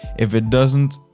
if it doesn't,